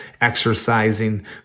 exercising